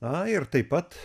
na ir taip pat